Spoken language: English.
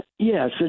Yes